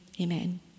amen